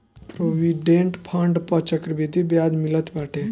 provident fund पअ चक्रवृद्धि बियाज मिलत बाटे